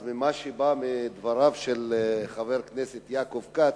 אז ממה שבא מדבריו של חבר הכנסת יעקב כץ,